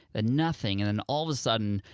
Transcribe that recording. ah nothing, and then all of a sudden,